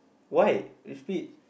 why you split